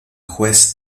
juez